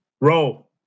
Roll